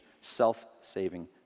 self-saving